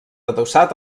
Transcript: adossat